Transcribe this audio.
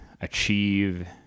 achieve